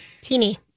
Teeny